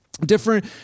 different